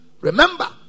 remember